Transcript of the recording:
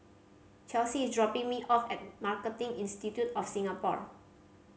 Chelsy is dropping me off at Marketing Institute of Singapore